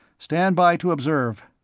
stand by to observe.